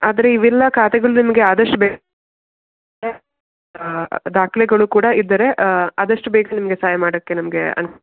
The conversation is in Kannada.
ಆದರೆ ಇವೆಲ್ಲ ಖಾತೆಗಳು ನಿಮಗೆ ಆದಷ್ಟು ಬೇಗ ದಾಖಲೆಗಳು ಕೂಡ ಇದ್ದರೆ ಆದಷ್ಟು ಬೇಗ ನಿಮಗೆ ಸಹಾಯ ಮಾಡೋಕ್ಕೆ ನಮಗೆ ಅನು